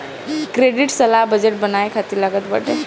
credit सलाह budget बनावे खातिर लागत बाटे